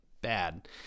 bad